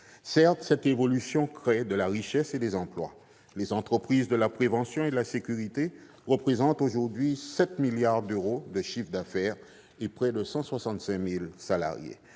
Certes, cette évolution crée de la richesse et des emplois : les entreprises de la prévention et de la sécurité représentent aujourd'hui 7,1 milliards d'euros de chiffre d'affaires et près de 165 000 salariés,